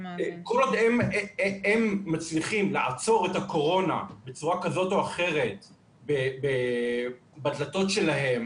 כל עוד הם מצליחים לעצור את הקורונה בצורה כזאת או אחרת בדלתות שלהם